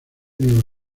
nuevo